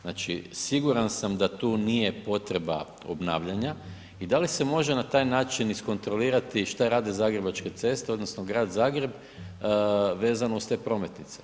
Znači siguran sam da tu nije potreba obnavljanja i da li se može na taj način iskontrolirati šta rade Zagrebačke ceste odnosno Grad Zagreb vezano uz te prometnice.